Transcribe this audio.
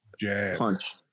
punch